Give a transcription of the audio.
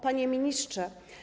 Panie Ministrze!